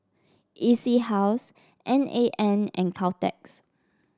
E C House N A N and Caltex